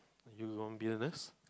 you won't be a nurse